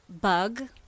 Bug